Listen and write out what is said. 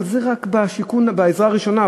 אבל זה רק בשיכון בעזרה ראשונה,